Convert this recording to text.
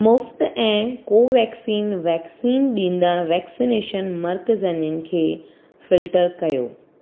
मुफ़्ति ऐं कोवेक्सीन वैक्सीन ॾींदड़ वैक्सनेशन मर्कज़नि खे फिल्टर कयो